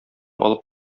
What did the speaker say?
алып